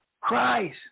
Christ